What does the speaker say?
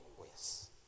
Yes